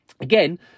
Again